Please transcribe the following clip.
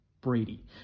Brady